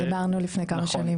דיברנו לפני כמה שנים.